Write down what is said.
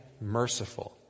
merciful